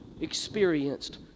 experienced